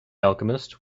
alchemist